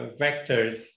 vectors